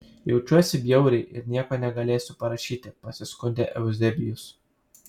jaučiuosi bjauriai ir nieko negalėsiu parašyti pasiskundė euzebijus